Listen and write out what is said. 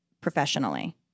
professionally